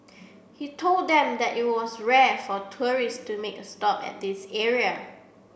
he told them that it was rare for tourist to make a stop at this area